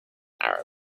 arab